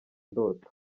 ndoto